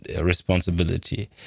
responsibility